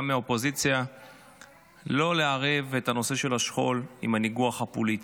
גם מהאופוזיציה לא לערב את הנושא של השכול עם הניגוח הפוליטי.